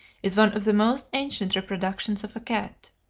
is one of the most ancient reproductions of a cat.